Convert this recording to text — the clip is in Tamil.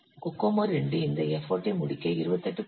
கோகோமோ II இந்த எஃபர்ட் ஐ முடிக்க 28